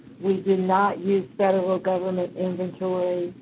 we do not use federal government inventory,